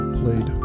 played